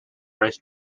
race